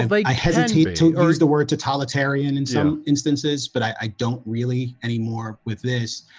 and but i hesitate to use the word totalitarian in some instances, but i don't really anymore with this.